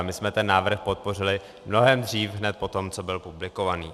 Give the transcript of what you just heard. My jsme ten návrh podpořili mnohem dřív, hned potom, co byl publikovaný.